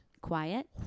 Quiet